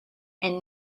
and